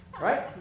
Right